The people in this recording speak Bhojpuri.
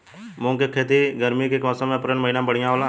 मुंग के खेती गर्मी के मौसम अप्रैल महीना में बढ़ियां होला?